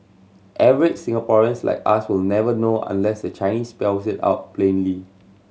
average Singaporeans like us will never know unless the Chinese spells it out plainly